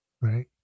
right